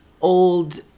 old